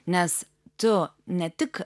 nes tu ne tik